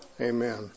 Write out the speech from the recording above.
Amen